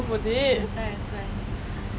that's why that's why